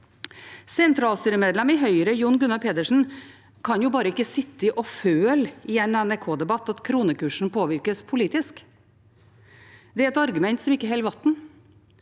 Sentralstyremedlem i Høyre Jon Gunnar Pedersen kan ikke bare sitte og føle i en NRK-debatt at kronekursen påvirkes politisk. Det er et argument som ikke holder vann.